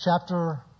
chapter